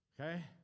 okay